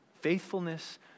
Faithfulness